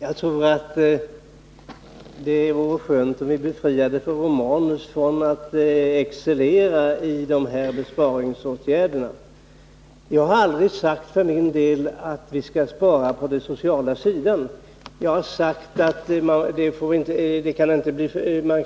Herr talman! Jag tror att det vore skönt om vi befriade Gabriel Romanus från att excellera i besparingsåtgärderna. Jag har aldrig sagt att vi skall spara på den sociala sidan. Jag har sagt att vi